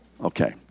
Okay